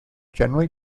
generally